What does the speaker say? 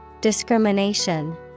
Discrimination